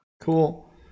cool